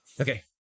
okay